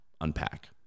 unpack